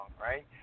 right